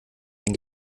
ein